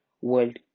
World